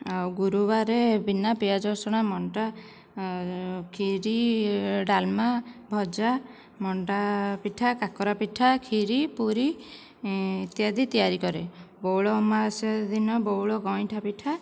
ଆଉ ଗୁରୁବାରରେ ବିନା ପିଆଜ ରସୁଣ ମଣ୍ଡା ଖିରି ଡ଼ାଲମା ଭଜା ମଣ୍ଡା ପିଠା କାକରା ପିଠା ଖିରି ପୁରୀ ଇତ୍ୟାଦି ତିଆରି କରେ ବଉଳ ଅମାବାସ୍ୟା ଦିନ ବଉଳ ଗଇଁଠା ପିଠା